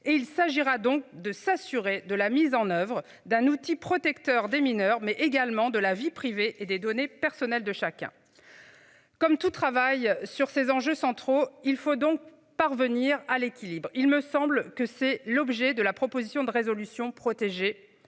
il s'agira donc de s'assurer de la mise en oeuvre d'un outil protecteur des mineurs mais également de la vie privée et des données personnelles de chacun. Comme tout travail sur ces enjeux centraux. Il faut donc parvenir à l'équilibre. Il me semble que c'est l'objet de la proposition de résolution protégé